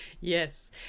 Yes